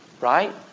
right